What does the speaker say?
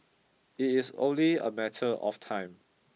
it is only a matter of time